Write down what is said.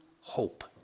hope